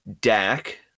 Dak